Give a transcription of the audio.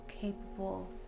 capable